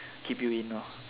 keep you in orh